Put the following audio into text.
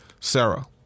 Sarah